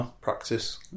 practice